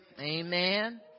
Amen